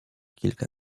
kilka